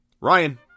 Ryan